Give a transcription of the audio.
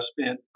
spent